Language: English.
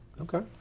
Okay